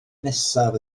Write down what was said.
nesaf